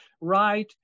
right